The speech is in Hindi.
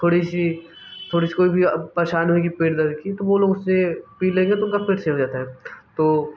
थोड़ी सी थोड़ी सी कोई भी परेशानी हो गई पेट दर्द की तो वो लोग उसे पी लेगें तो उनका पेट सही हो जाता है तो